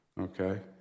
Okay